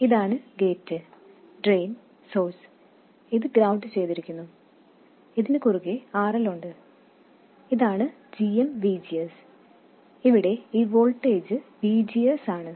ഇതാണ് gate drain source ഇത് ground ചെയ്തിരിക്കുന്നു ഇതിനു കുറുകേ RL ഉണ്ട് ഇതാണ് gmVGS ഇവിടെ ഈ വോൾട്ടേജ് VGS ആണ്